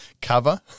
Cover